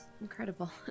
incredible